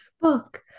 book